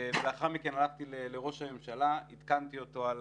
לאחר מכן הלכתי לראש הממשלה ועדכנתי אותו על